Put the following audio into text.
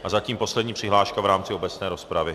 A je to zatím poslední přihláška v rámci obecné rozpravy.